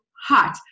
hot